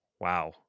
wow